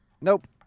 Nope